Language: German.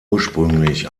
ursprünglich